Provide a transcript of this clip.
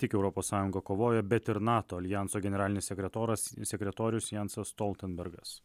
tik europos sąjunga kovoja bet ir nato aljanso generalinis sekretoras sekretorius jansas stoltenbergas